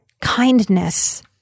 kindness